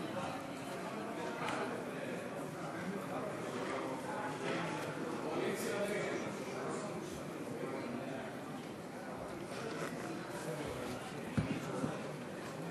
חבר הכנסת.